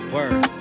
Word